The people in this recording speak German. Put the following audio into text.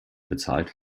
bezahlt